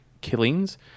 killings